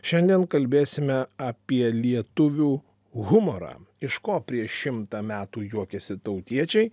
šiandien kalbėsime apie lietuvių humorą iš ko prieš šimtą metų juokėsi tautiečiai